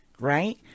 Right